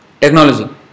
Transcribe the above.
technology